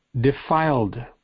defiled